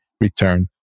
return